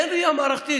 אין ראייה מערכתית,